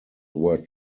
were